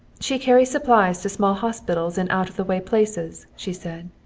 she carries supplies to small hospitals in out-of-the-way places, she said.